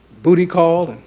booty-call.